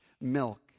milk